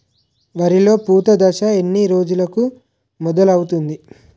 వరిలో పూత దశ ఎన్ని రోజులకు మొదలవుతుంది?